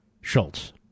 Schultz